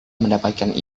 mendapatkan